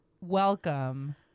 welcome